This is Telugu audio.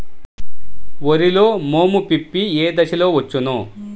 వరిలో మోము పిప్పి ఏ దశలో వచ్చును?